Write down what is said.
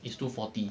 it's two forty